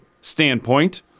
standpoint